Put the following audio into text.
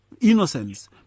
innocence